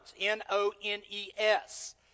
N-O-N-E-S